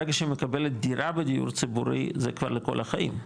ברגע שהיא מקבלת דירה בדיור ציבורי זה כבר לכל החיים,